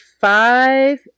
five